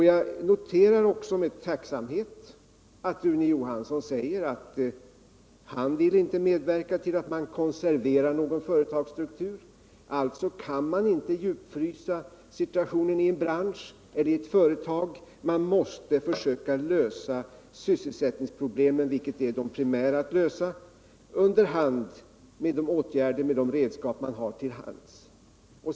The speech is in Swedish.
Jag noterar med tacksamhet att Rune Johansson säger att han inte vill medverka till att konservera något företags struktur — man kan alltså inte djupfrysa situationen i en bransch eller ett företag. Man måste försöka lösa de primära sysselsättningsproblemen under hand med de åtgärder och de 145 redskap man har.